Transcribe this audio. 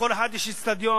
לכל אחת יש איצטדיון,